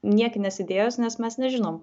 niekinės idėjos nes mes nežinom